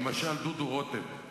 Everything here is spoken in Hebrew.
למשל דודו רותם,